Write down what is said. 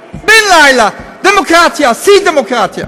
לילה, בן לילה, בלי דמוקרטיה, בלי דמוקרטיה.